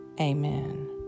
Amen